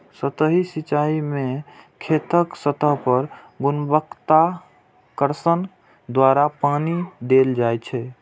सतही सिंचाइ मे खेतक सतह पर गुरुत्वाकर्षण द्वारा पानि देल जाइ छै